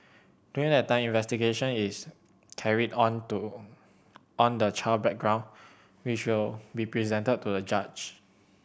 during that time an investigation is carried on to on the child's background which will be presented to the judge